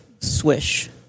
swish